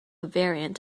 variant